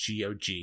GOG